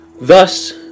thus